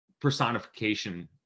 personification